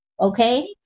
Okay